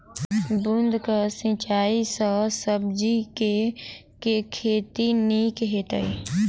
बूंद कऽ सिंचाई सँ सब्जी केँ के खेती नीक हेतइ?